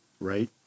right